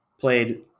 played